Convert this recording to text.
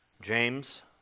James